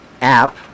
app